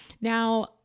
Now